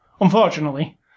unfortunately